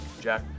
Jack